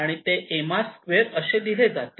आणि ते mr2 असे दिले जाते